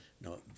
No